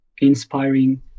inspiring